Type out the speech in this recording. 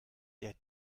der